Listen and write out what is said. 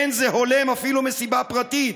/ אין זה הולם אפילו מסיבה פרטית.